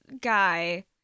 guy